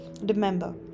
Remember